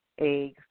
eggs